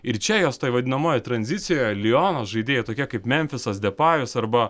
ir čia jos toj vadinamojoj tranzicijoje liono žaidėjai tokie kaip mentisas depajus arba